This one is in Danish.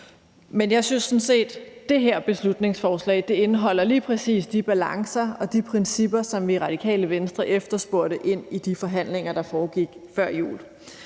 men jeg synes sådan set, at det her beslutningsforslag lige præcis indeholder de balancer og de principper, som vi i Radikale Venstre efterspurgte i de forhandlinger, der foregik før jul,